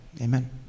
amen